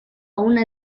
una